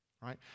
right